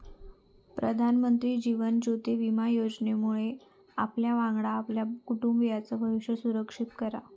प्रधानमंत्री जीवन ज्योति विमा योजनेमुळे आपल्यावांगडा आपल्या कुटुंबाचाय भविष्य सुरक्षित करा